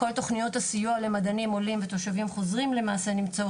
הסיוע היותר נמוך